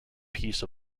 piece